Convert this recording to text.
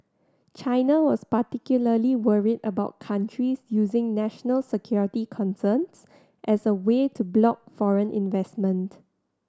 China was particularly worried about countries using national security concerns as a way to block foreign investment